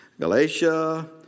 Galatia